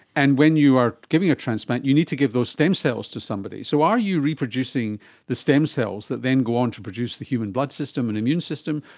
and when you are giving a transplant you need to give those stem cells to somebody. so are you reproducing the stem cells that then go on to produce the human blood system and immune system,